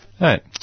Right